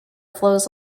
flows